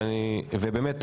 ובאמת,